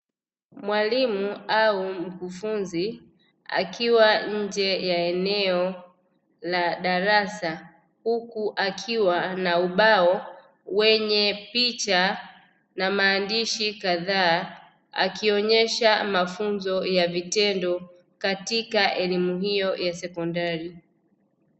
Mwalimu au Mkufunzi akiwa nje ya eneo la darasa, huku akiwa ana ubao wenye picha na maandishi kadhaa, akionyesha mafunzo ya vitendo katika elimu hiyo ya sekondari.